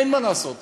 אין מה לעשות.